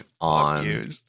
on